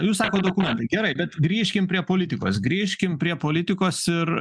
jūs sakot dokumentai gerai bet grįžkim prie politikos grįžkim prie politikos ir